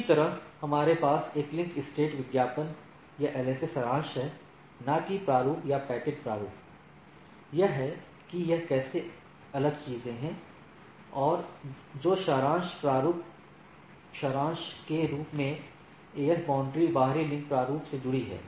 इसी तरह हमारे पास एक लिंक स्टेट विज्ञापन या एलएसए सारांश है न कि प्रारूप या पैकेट प्रारूप यह है कि यह कैसे अलग चीजें हैं जो सारांश नेटवर्क प्रारूप सारांश लिंक के रूप में एएस बाउंड्री बाहरी लिंक प्रारूप से जुड़ी है